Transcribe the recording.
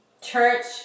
Church